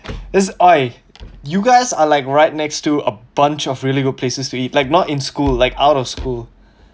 is I you guys are like right next to a bunch of really good places to eat like not in school like out of school